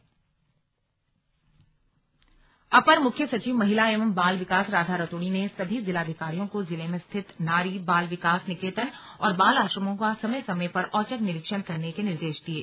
slug Radha Raturi upper मुख्य सचिव महिला एवं बाल विकास राधा रतूड़ी ने सभी जिलाधिकारियों को जिले में स्थित नारी बाल विकास निकेतन और बाल आश्रमों का समय समय पर औचक निरीक्षण करने के निर्देश दिये